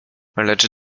lecz